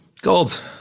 Gold